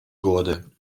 годы